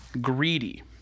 greedy